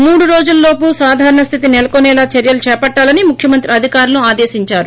మూడు రోజుల లోపు తుఫాను సాధారణ స్టితి నెలకొనేలా చర్యలు చేపట్టాలని ముఖ్యమంత్రి అధికారులను ఆదేశించారు